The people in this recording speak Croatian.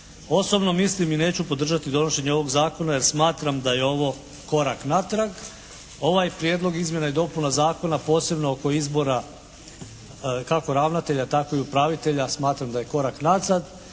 Osobno mislim i neću podržati donošenje ovog zakona jer smatram da je ovo korak natrag. Ovaj prijedlog izmjena i dopuna zakona posebno oko izbora kako ravnatelja tako i upravitelja smatram da je korak nazad